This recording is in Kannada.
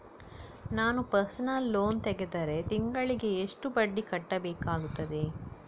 ನಾನು ಪರ್ಸನಲ್ ಲೋನ್ ತೆಗೆದರೆ ತಿಂಗಳಿಗೆ ಎಷ್ಟು ಬಡ್ಡಿ ಕಟ್ಟಬೇಕಾಗುತ್ತದೆ?